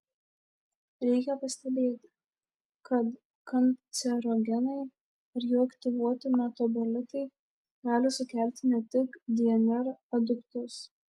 reikia pastebėti kad kancerogenai ar jų aktyvuoti metabolitai gali sukelti ne tik dnr aduktus